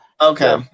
Okay